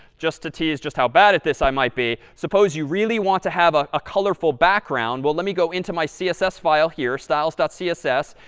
just to tease just how bad at this i might be, suppose you really want to have a ah colorful background. well, let me go into my css file here, styles css,